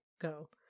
go